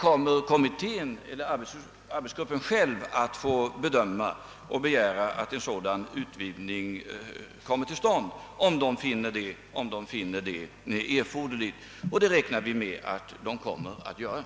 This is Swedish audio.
Arbetsgruppen eller kommittén kommer själv att få begära en sådan utvidgning om den befinnes erforderlig, och vi räknar också med att sådan begäran kommer att göras.